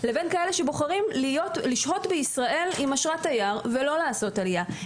לבין כאלה שבוחרים לשהות בישראל עם אשרת תייר ולא לעשות עלייה.